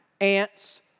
ants